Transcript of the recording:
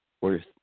worth